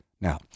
Now